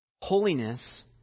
Holiness